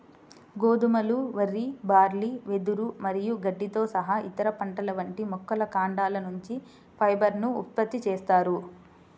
గోధుమలు, వరి, బార్లీ, వెదురు మరియు గడ్డితో సహా ఇతర పంటల వంటి మొక్కల కాండాల నుంచి ఫైబర్ ను ఉత్పత్తి చేస్తారు